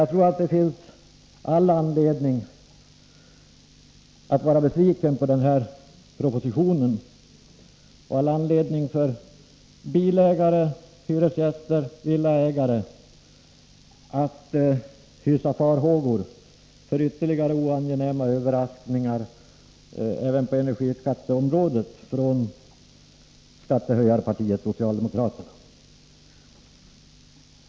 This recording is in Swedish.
Jag tror att det finns all anledning att vara besviken på den här propositionen och att det finns all anledning för bilägare, hyresgäster och villaägare att hysa farhågor för ytterligare oangenäma överraskningar även på energiområdet från skattehöjarpartiet socialdemokraterna.